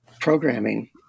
programming